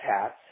hats